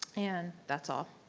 and that's all.